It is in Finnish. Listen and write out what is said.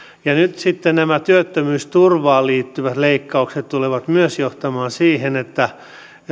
ja nyt sitten myös nämä työttömyysturvaan liittyvät leikkaukset tulevat johtamaan siihen että